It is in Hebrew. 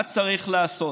מה צריך לעשות?